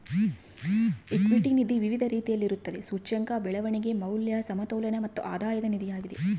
equity ನಿಧಿ ವಿವಿಧ ರೀತಿಯಲ್ಲಿರುತ್ತದೆ, ಸೂಚ್ಯಂಕ, ಬೆಳವಣಿಗೆ, ಮೌಲ್ಯ, ಸಮತೋಲನ ಮತ್ತು ಆಧಾಯದ ನಿಧಿಯಾಗಿದೆ